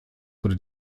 wurde